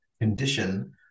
condition